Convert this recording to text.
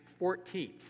14th